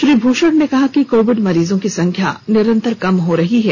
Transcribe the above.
श्री भूषण ने कहा कि कोविड मरीजों की संख्या निरंतर कम हो रही है